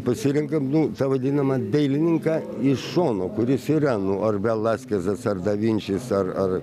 pasirenkam nu tą vadinamą dailininką iš šono kuris yra nu ar velaskesas ar davinčis ar ar